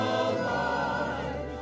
alive